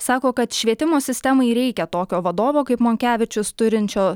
sako kad švietimo sistemai reikia tokio vadovo kaip monkevičius turinčio